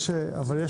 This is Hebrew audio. אני